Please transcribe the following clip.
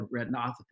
retinopathy